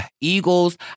Eagles